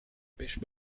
pech